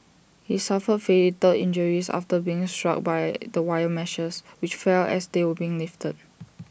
he suffered fatal injuries after being struck by the wire meshes which fell as they were being lifted